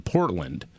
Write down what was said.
Portland